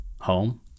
home